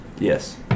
Yes